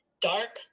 dark